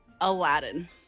Aladdin